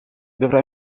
dovrà